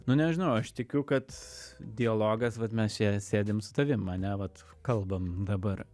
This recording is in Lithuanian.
nu nežinau aš tikiu kad dialogas vat mes čia sėdim su tavim ane vat kalbam dabar